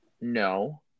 No